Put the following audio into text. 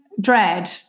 dread